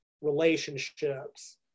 relationships